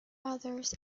others